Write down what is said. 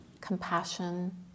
compassion